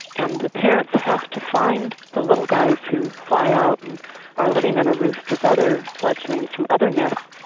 and the parents have to find the little guys who fly out and are living in a roost with other fledglings from other nests.